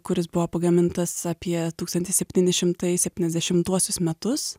kuris buvo pagamintas apie tūkstantis septyni šimtai septyniasdešim septintuosius metus